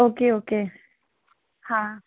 okay okay हाँ